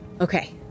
Okay